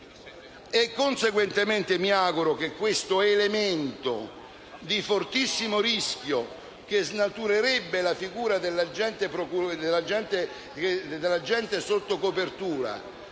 Conseguentemente, mi auguro che questo elemento di fortissimo rischio, che snaturerebbe la figura dell'agente sotto copertura,